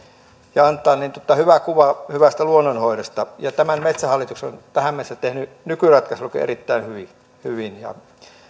ja antaa hyvä kuva hyvästä luonnonhoidosta tämän metsähallitus on tähän mennessä tehnyt nykyratkaisullakin erittäin hyvin hyvin